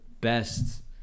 best